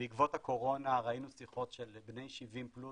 בעקבות הקורונה ראינו שיחות של בני 70 פלוס